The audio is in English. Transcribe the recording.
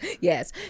yes